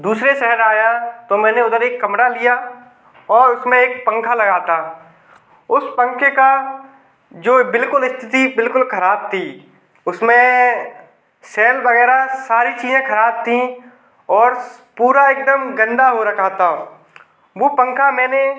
दूसरे शहर आया तो मैंने उधर एक कमरा लिया और उसमें एक पंखा लगा था उस पंखे का जो बिल्कुल स्थिति बिल्कुल ख़राब थी उसमें सेल वगैरह सारी चीज़ें ख़राब थीं और स पूरा एकदम गंदा हो रखा था वह पंखा मैंने